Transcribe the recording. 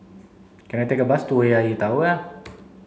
can I take a bus to A I A Tower